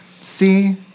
see